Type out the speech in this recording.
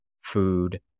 food